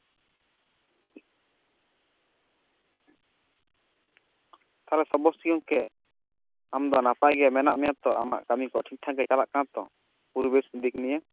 ᱛᱟᱦᱚᱞᱮ ᱥᱟᱵᱵᱚᱥᱚᱪᱤ ᱜᱚᱝᱠᱮ ᱟᱢ ᱫᱚ ᱱᱟᱯᱟᱭ ᱜᱮ ᱢᱮᱱᱟᱜ ᱢᱮᱭᱟ ᱛᱚ ᱟᱢᱟᱜ ᱠᱟᱹᱢᱤ ᱠᱚ ᱴᱷᱤᱠᱴᱷᱟᱠ ᱜᱮ ᱪᱟᱞᱟᱜ ᱠᱟᱱᱟ ᱛᱚ ᱯᱚᱨᱤᱵᱮᱥ ᱫᱤᱠ ᱱᱤᱭᱮ